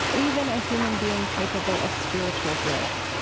even a human being capable of spiritual growth.